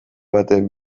baten